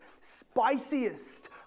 spiciest